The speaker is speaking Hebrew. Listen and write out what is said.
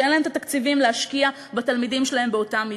שאין להן התקציבים להשקיע בתלמידים שלהן באותה מידה.